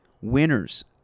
winners